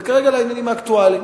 וכרגע, לעניינים האקטואליים.